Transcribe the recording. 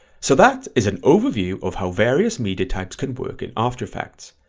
so that is an overview of how various media types can work in after effects.